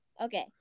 Okay